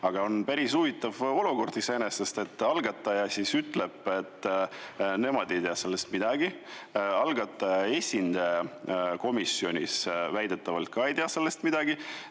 Aga on päris huvitav olukord iseenesest. Algataja ütleb, et nemad ei tea sellest midagi. Algataja esindaja komisjonis väidetavalt ka ei tea sellest midagi.